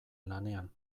lanean